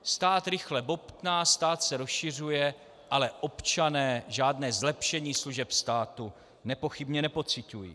Stát rychle bobtná, stát se rozšiřuje, ale občané žádné zlepšení služeb státu nepochybně nepociťují.